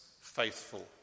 Faithful